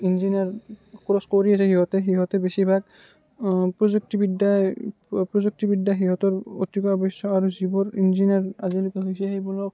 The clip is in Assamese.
ইঞ্জিনিয়াৰ ক'ৰ্ছ কৰি আছে সিহঁতে সিহঁতে বেছিভাগ প্ৰযুক্তিবিদ্যাই প্ৰযুক্তিবিদ্যা সিহঁতৰ অতিকৈ আৱশ্যক আৰু যিবোৰ ইঞ্জিনিয়াৰ আজিলৈকে হৈছে সেইবোৰক